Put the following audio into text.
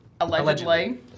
Allegedly